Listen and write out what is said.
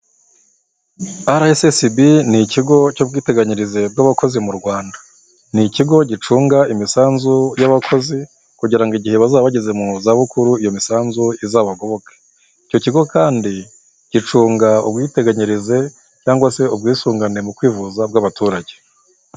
RSSB ni ikigo cy'ubwiteganyirize bw'abakozi mu Rwanda, ni ikigo gicunga imisanzu y'abakozi kugira ngo igihe bazaba bageze mu za bukuru iyo misanzu izabagoboke, icyo kigo kandi gicunga ubwiteganyirize cyangwa se ubwisungane mu kwivuza bw'abaturage.